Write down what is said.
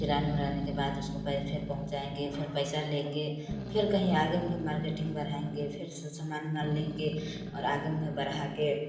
सिलाने उलाने के बाद उसको पैसे पहुँचाएँगे फिर पैसा लेंगे फिर कहीं आगे मार्केटिंग बढ़ाएंगे फिर से समान उमान लेंगे और आगे मुंह बढ़ा के